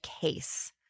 case